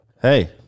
Hey